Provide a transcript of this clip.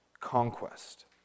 conquest